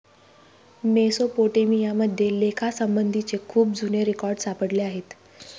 Mesopotamia मध्ये लेखासंबंधीचे खूप जुने रेकॉर्ड सापडले आहेत